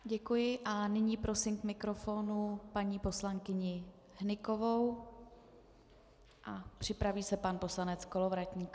Děkuji a nyní prosím k mikrofonu paní poslankyni Hnykovou a připraví se pan poslanec Kolovratník.